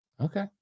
Okay